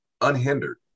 unhindered